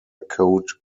code